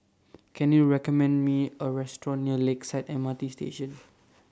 Can YOU recommend Me A Restaurant near Lakeside M R T Station